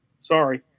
Sorry